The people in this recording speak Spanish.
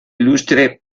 ilustre